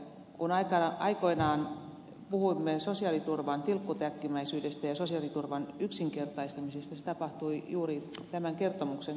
kun aikoinaan puhuimme sosiaaliturvan tilkkutäkkimäisyydestä ja sosiaaliturvan yksinkertaistamisesta se tapahtui juuri tämän kertomuksen kautta